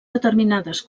determinades